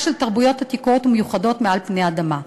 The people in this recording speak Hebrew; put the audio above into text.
של תרבויות עתיקות ומיוחדות מעל פני האדמה.